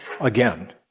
again